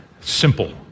Simple